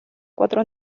cuatro